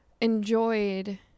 enjoyed